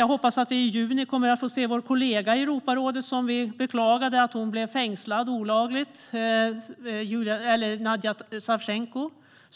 Jag hoppas att vi i juni kommer att få se vår kollega i Europarådet, Nadja Savtjenko. Vi beklagade att hon blev olagligt fängslad.